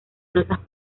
notas